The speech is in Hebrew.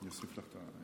אני אנסה להסביר